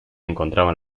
encontraban